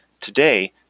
Today